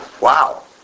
wow